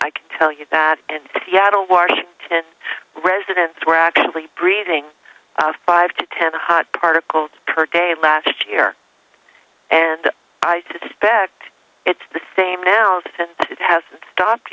can tell you that and seattle washington residents were actually breathing five to ten hot particles per day last year and i suspect it's the same now hasn't stopped